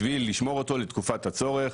בשביל לשמור אותו לתקופת הצורך,